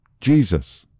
Jesus